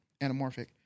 anamorphic